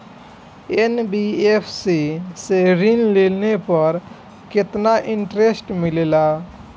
NBFC से ऋण लेने पर केतना इंटरेस्ट मिलेला?